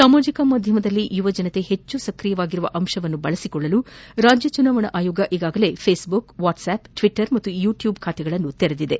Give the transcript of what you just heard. ಸಾಮಾಜಿಕ ಮಾಧ್ಯಮದಲ್ಲಿ ಯುವಜನರು ಹೆಚ್ಚು ಸ್ಕ್ರಿಯವಾಗಿರುವ ಅಂಶವನ್ನು ಬಳಸಿಕೊಳ್ಳಲು ರಾಜ್ಣ ಚುನಾವಣಾ ಆಯೋಗ ಈಗಾಗಲೇ ಫೇಸ್ ಬುಕ್ ವಾಟ್ಸ್ಆಸ್ ಟ್ವಟರ್ ಮತ್ತು ಯೂಟ್ಲೂಬ್ ಬಾತೆಗಳನ್ನು ತೆರೆದಿದೆ